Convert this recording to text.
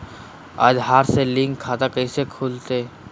आधार से लिंक खाता कैसे खुलते?